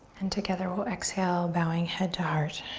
and together we'll exhale bowing head to heart.